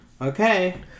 okay